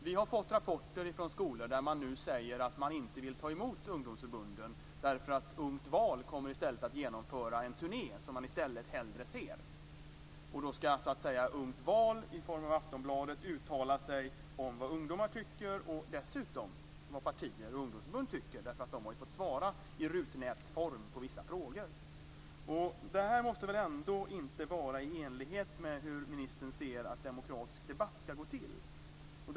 Vi har fått rapporter från skolor som säger att man inte vill ta emot ungdomsförbunden därför att Ungt val kommer att genomföra en turné som man i stället hellre ser. Då ska Ungt val i form av Aftonbladet uttala sig om vad ungdomar tycker och dessutom om vad partier och ungdomsförbund tycker, därför att de har ju fått svara i rutnätsform på vissa frågor. Det här kan väl ändå inte vara i enlighet med hur ministern ser på att en demokratisk debatt ska gå till.